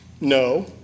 No